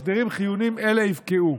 הסדרים חיוניים אלה יפקעו.